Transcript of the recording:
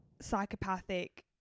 psychopathic